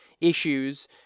issues